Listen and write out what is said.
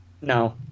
No